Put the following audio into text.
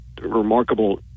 remarkable